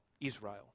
Israel